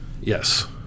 yes